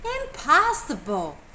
Impossible